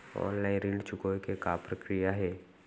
Online ऋण चुकोय के का प्रक्रिया हे?